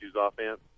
offense